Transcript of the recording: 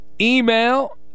email